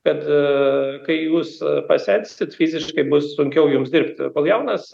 kad kai jūs pasensit fiziškai bus sunkiau jums dirbti kol jaunas